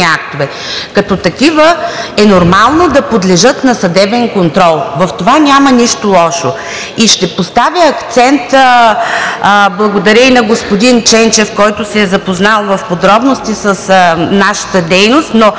Като такива е нормално да подлежат на съдебен контрол. В това няма нищо лошо. Ще поставя акцент. Благодаря и на господин Ченчев, който се е запознал в подробности с нашата дейност, но